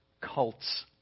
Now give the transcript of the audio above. cults